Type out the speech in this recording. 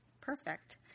perfect